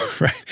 Right